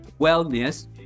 wellness